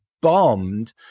bombed